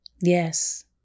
Yes